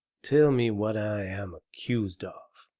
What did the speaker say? tell me what i am accused of?